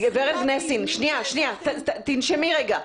תנשמי רגע.